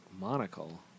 Monocle